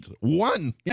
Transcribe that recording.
One